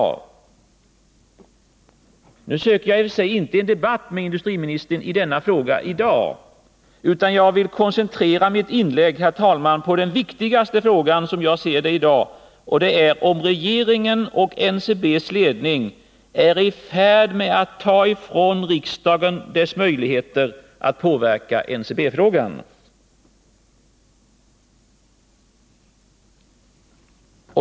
I och för sig söker jag inte debatt med industriministern i den frågan i dag — jag vill, herr talman, koncentrera mitt inlägg på den, som jag ser det, f. n. viktigaste frågan, och det är om regeringen och NCB:s ledning är i färd med att ta ifrån riksdagen dess möjligheter att påverka NCB-frågan.